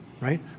right